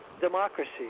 democracy